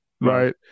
right